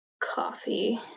coffee